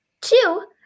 Two